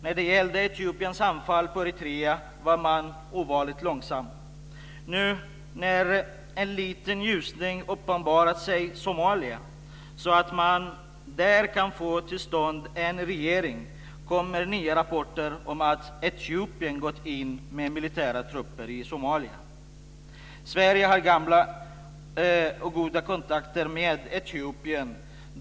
När det gällde Etiopiens anfall på Eritrea var man ovanligt långsam. Nu när en liten ljusning uppenbarat sig i Somalia, så att man där kan få till stånd en regering, kommer nya rapporter om att Etiopien gått in med militära trupper i Somalia. Sverige har gamla och goda kontakter med Etiopien.